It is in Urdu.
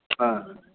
ہاں